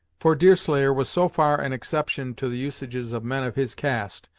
for deerslayer was so far an exception to the usages of men of his cast,